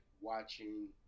watching